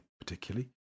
particularly